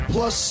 Plus